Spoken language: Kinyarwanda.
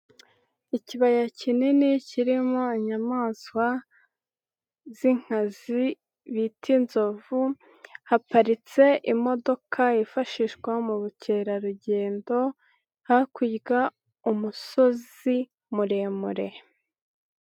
Ikibaya kinini kirimo inyamaswa z'inkazi bita inzovu, haparitse imodoka yifashishwa mu bukerarugendo hakurya umusozi muremure.